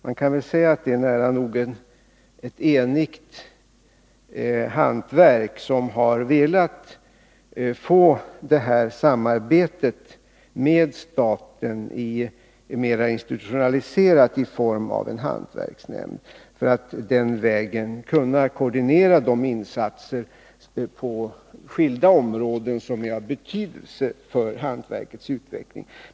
Man kan säga att det är ett nära nog enigt hantverk som har velat få samarbetet med staten institutionaliserat i form av en hantverksnämnd, för att den vägen kunna koordinera de insatser på skilda områden som är av betydelse för hantverkets utveckling.